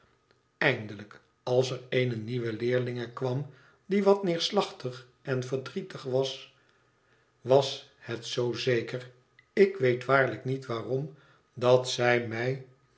eindelijk als er eene nieuwe leerlinge kwam die wat neerslachtig en verdrietig was was het zoo zeker ik weet waarlijk niet waarom dat zij mij